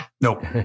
Nope